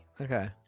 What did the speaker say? Okay